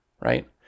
right